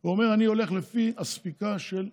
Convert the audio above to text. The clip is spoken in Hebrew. שהוא אומר: אני הולך לפי הספיקה של,